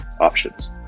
options